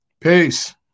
Peace